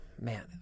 man